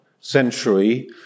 century